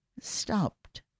stopped